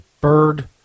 bird